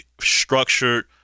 structured